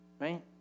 Right